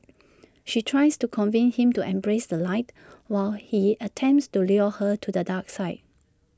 she tries to convince him to embrace the light while he attempts to lure her to the dark side